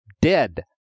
dead